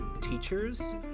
teachers